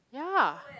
ya